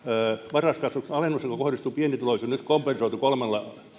varhaiskasvatusalennus joka kohdistuu pienituloisiin nyt kompensoitu kolmella